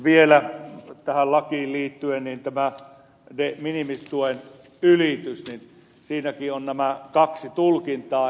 vielä tähän lakiin liittyen tässä minimituen ylityksessäkin on nämä kaksi tulkintaa